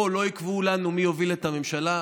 פה לא יקבעו לנו מי יוביל את הממשלה,